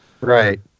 Right